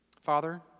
Father